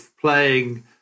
playing